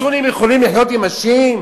הסונים יכולים לחיות עם השיעים?